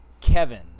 kevin